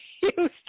Houston